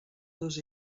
dos